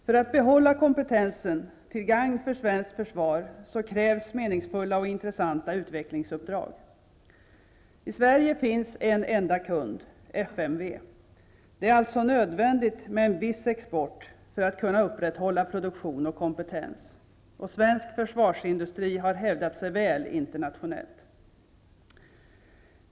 För att behålla kompetensen -- till gagn för svenskt försvar -- krävs intressanta utvecklingsuppdrag. I Sverige finns en enda kund, FMV. Det är alltså nödvändigt med en viss export för att kunna upprätthålla produktion och kompetens. Och svensk försvarsindustri har hävdat sig väl internationellt.